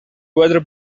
weather